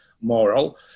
moral